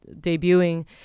debuting